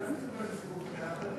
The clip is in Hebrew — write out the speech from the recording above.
אני רק מספר את הסיפור, כי זה היה אחרת.